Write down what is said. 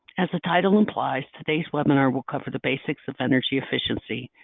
as the title implies, today's webinar will cover the basics energy efficiency.